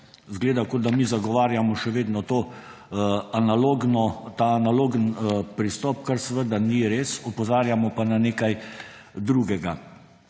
Izgleda, kot da mi zagovarjamo še vedno analogni pristop, kar seveda ni res, opozarjamo pa na nekaj drugega